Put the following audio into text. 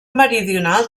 meridional